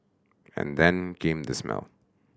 and then came the smell